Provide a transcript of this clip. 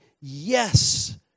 yes